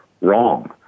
wrong